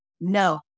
No